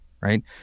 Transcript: right